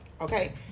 okay